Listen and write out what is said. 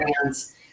brands